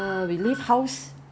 seven thirty